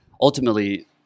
ultimately